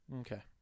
Okay